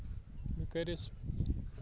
مےٚ کٔرِس